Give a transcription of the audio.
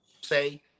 say